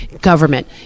government